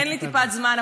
אין לי טיפת זמן,